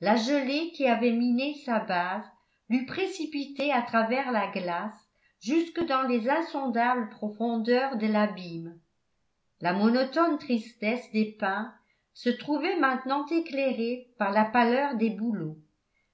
la gelée qui avait miné sa base l'eût précipité à travers la glace jusque dans les insondables profondeurs de l'abîme la monotone tristesse des pins se trouvait maintenant éclairée par la pâleur des bouleaux